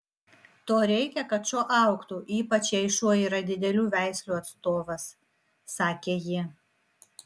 to reikia kad šuo augtų ypač jei šuo yra didelių veislių atstovas sakė ji